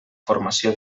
formació